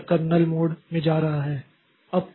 तो यह kernel mode में जा रहा है